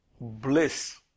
bliss